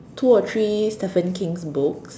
two or three Stephen King's books